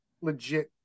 legit